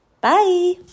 Bye